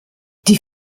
die